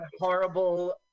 horrible